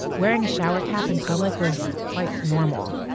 wearing a shower cap in public was quite normal.